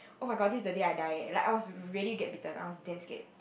oh-my-god this is the day I die eh like I was ready to get bitten I was damn scared